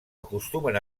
acostumen